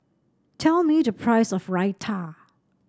tell me the price of Raita